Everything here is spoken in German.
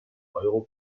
euro